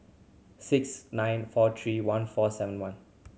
six nine four three one four seven one